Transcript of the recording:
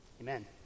Amen